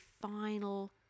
final